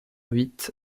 huit